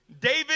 David